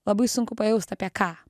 labai sunku pajaust apie ką